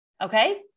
Okay